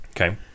Okay